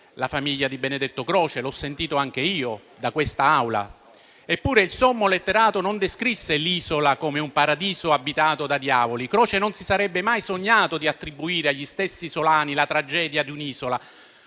la famiglia di Benedetto Croce. Eppure, il sommo letterato non descrisse l'isola come un paradiso abitato da diavoli. Croce non si sarebbe mai sognato di attribuire agli stessi isolani la tragedia di un'isola